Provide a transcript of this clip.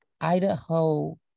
Idaho